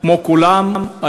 כמו כולם,